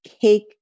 cake